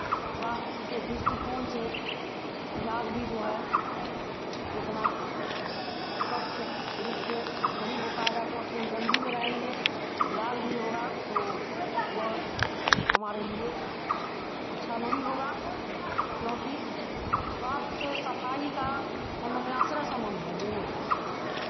स्वास्थ्य के दृष्टिकोण से इलाज भी जो है उतना स्वच्छ रूप से नहीं हो पाएगा क्योंकि हम गंदगी में रहेंगे इलाज भी नहीं होगा तो वह हमारे लिए अच्छा नहीं होगा क्योंकि स्वास्थ्य से सफ़ाई का संबंध है दोनों का